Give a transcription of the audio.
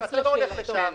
אתה לא הולך לשם,